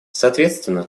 соответственно